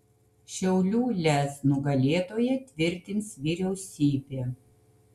šiaulių lez nugalėtoją tvirtins vyriausybė